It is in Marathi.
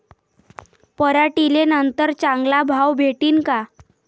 पराटीले नंतर चांगला भाव भेटीन का?